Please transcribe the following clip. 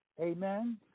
Amen